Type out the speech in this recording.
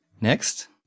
Next